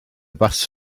bws